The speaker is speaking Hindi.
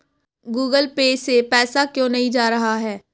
गूगल पे से पैसा क्यों नहीं जा रहा है?